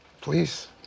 Please